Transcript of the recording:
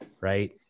Right